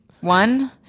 one